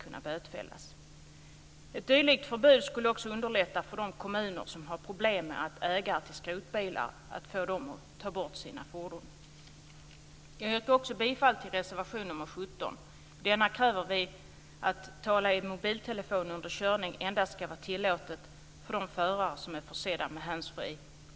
I EU:s rapport är frågan också aktuell. Där finns tydligen samma brister. När det gäller dödsolyckor gör man i Sverige ordentliga undersökningar och djupstudier på varje dödsolycka. Det som förvånar mig i dem är att man i nästan samtliga fall skyller på den fysiska miljön.